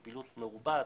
פעילות מרובה,